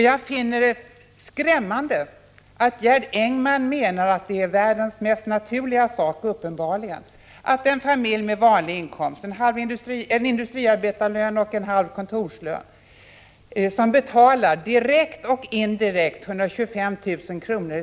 Jag finner det skrämmande att Gerd Engman uppenbarligen menar att det är världens mest naturliga sak att en familj med vanliga inkomster — en industriarbetarlön och en halv kontoristlön — som direkt och indirekt betalar 125 000 kr.